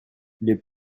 les